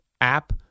app